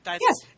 Yes